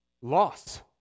loss